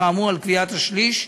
התרעמו על קביעת השליש,